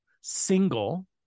single